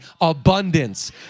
abundance